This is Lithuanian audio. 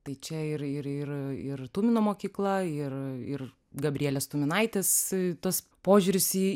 tai čia ir ir ir ir tumino mokykla ir ir gabrielės tuminaitės tas požiūris į